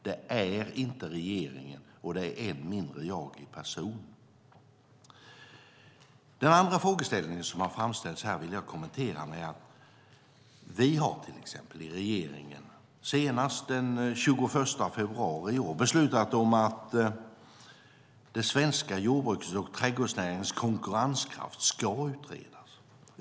Det är inte regeringen, och det är än mindre jag i egen person. Den andra fråga som framställts här vill jag kommentera med att vi i regeringen senast den 21 februari i år beslutat om att den svenska jordbruks och trädgårdsnäringens konkurrenskraft ska utredas.